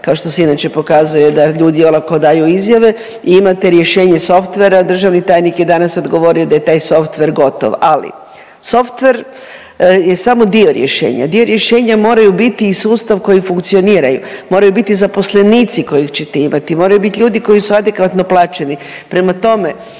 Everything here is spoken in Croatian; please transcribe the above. kao što se inače pokazuje da ljudi olako daju izjave i imate rješenje softvera, državni tajnik je danas odgovorio da je taj softver gotov, ali softver je samo dio rješenja. Dio rješenja moraju biti i sustav koji funkcioniraju, moraju biti zaposlenici koje ćete imati, moraju biti ljudi koji su adekvatno plaćeni.